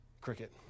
Cricket